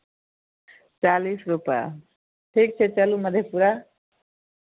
चालीस रुपैआ ठीक छै चलू मधेपुरा